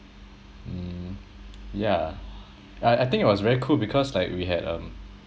mm yeah I I think it was very cool because like we had um